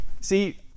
See